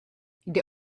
jde